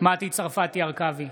מטי צרפתי הרכבי,